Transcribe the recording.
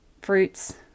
fruits